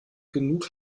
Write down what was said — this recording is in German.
genug